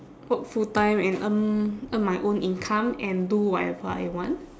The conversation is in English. work full time and earn earn my own income and do whatever I want